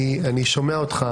אני שומע אותך,